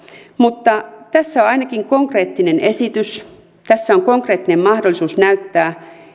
mutta tässä on ainakin konkreettinen esitys tässä on konkreettinen mahdollisuus näyttää